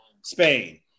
Spain